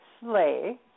sleigh